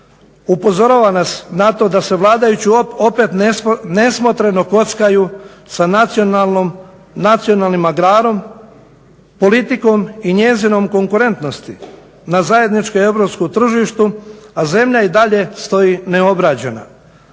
upozorava nas na to da se vladajući opet nesmotreno kockaju sa nacionalnim agrarom, politikom i njezinom konkurentnosti na zajedničkom europskom tržištu, a zemlja i dalje stoji neobrađena.